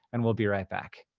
and we'll be right back.